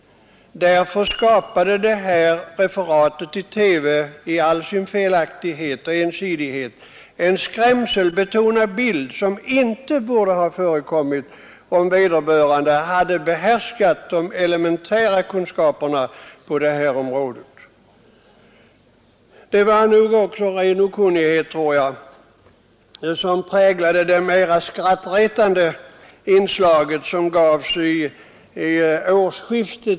Därför skapade detta referat i TV i all sin ensidighet och felaktighet en skrämselbetonad bild, som inte borde ha förekommit om vederbörande reporter behärskat de elementära kunskaperna på detta område. Det var nog också ren okunnighet som präglade det mera skrattretande inslag som gavs vid senaste årsskiftet.